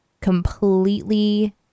completely